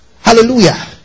Hallelujah